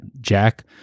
Jack